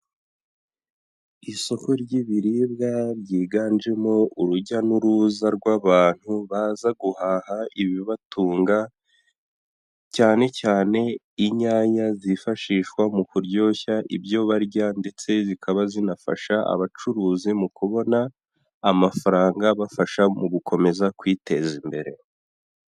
Isoko ry'ibiribwa ryiganjemo urujya n'uruza rw'abantu baza guhaha ibibatunga, cyanecyane inyanya zifashishwa mu kuryoshya ibyo barya ndetse zikaba zinafasha abacuruzi mu kubona amafaranga abafasha mu gukomeza kwiteza imbere.